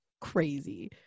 crazy